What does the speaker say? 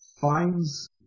finds